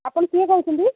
ଆପଣ କିଏ କହୁଛନ୍ତି